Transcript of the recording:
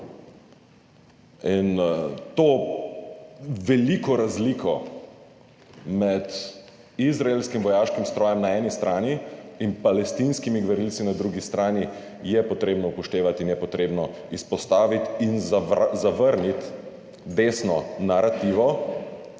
In to veliko razliko med izraelskim vojaškim strojem na eni strani in palestinskimi gverilci na drugi strani je potrebno upoštevati in je potrebno izpostaviti in zavrniti desno narativo,